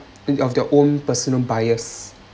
of their own personal bias